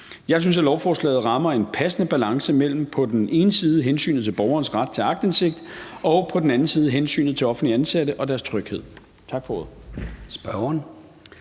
Jeg synes, at lovforslaget rammer en passende balance mellem på den ene side hensynet til borgerens ret til aktindsigt og på den anden side hensynet til offentligt ansatte og deres tryghed.